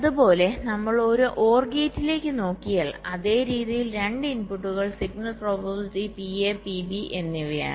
അതുപോലെ നമ്മൾ ഒരു OR ഗേറ്റിലേക്ക് നോക്കിയാൽ അതേ രീതിയിൽ 2 ഇൻപുട്ടുകൾ സിഗ്നൽ പ്രോബബിലിറ്റി PA PB എന്നിവയാണ്